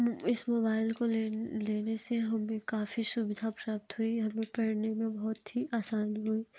इस मोबाइल को लेने से हम भी काफ़ी सुविधा प्राप्त हुई हमें पढ़ने में बहुत ही आसानी हुई